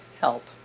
help